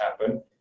happen